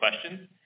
questions